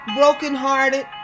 brokenhearted